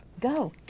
Go